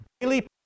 Daily